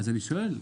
אני שואל.